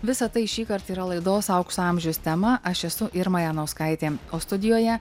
visa tai šįkart yra laidos aukso amžiaus tema aš esu irma janauskaitė o studijoje